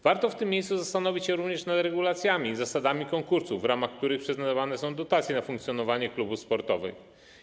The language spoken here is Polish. Warto w tym miejscu zastanowić się również nad regulacjami i zasadami konkursów, w ramach których przyznawane są dotacje na funkcjonowanie klubów sportowych.